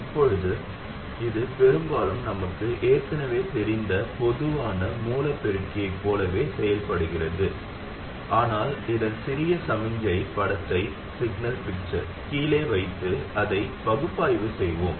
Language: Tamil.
இப்போது இது பெரும்பாலும் நமக்கு ஏற்கனவே தெரிந்த பொதுவான மூல பெருக்கியைப் போலவே செயல்படுகிறது ஆனால் இதன் சிறிய சமிக்ஞை படத்தை கீழே வைத்து அதை பகுப்பாய்வு செய்வோம்